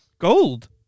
Gold